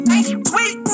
sweet